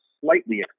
slightly